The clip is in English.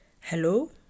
hello